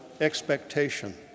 expectation